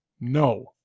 No